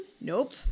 Nope